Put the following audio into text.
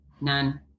None